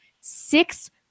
six